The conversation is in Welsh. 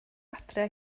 adre